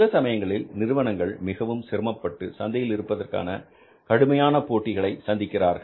சில சமயங்களில் நிறுவனங்கள் மிகவும் சிரமப்பட்டு சந்தையில் இருப்பதற்காக கடுமையான போட்டிகளை சந்திக்கிறார்கள்